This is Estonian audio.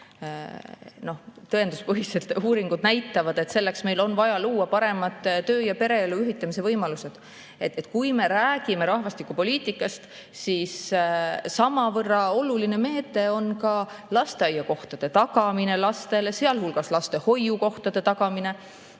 Tõenduspõhised uuringud näitavad, et selleks on meil vaja luua paremad töö- ja pereelu ühitamise võimalused. Kui me räägime rahvastikupoliitikast, siis samavõrra oluline meede on lasteaiakohtade tagamine lastele, sealhulgas lastehoiukohtade tagamine,